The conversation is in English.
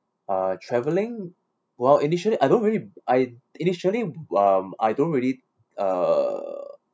uh travelling well initially I don't really I initially um I don't really uh